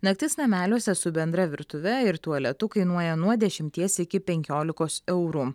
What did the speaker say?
naktis nameliuose su bendra virtuve ir tualetu kainuoja nuo dešimties iki penkiolikos eurų